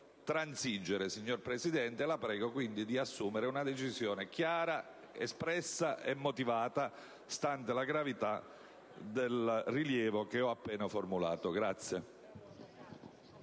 transigere, signor Presidente, e la prego di assumere una decisione chiara, espressa e motivata, stante la gravità del rilievo che ho appena formulato.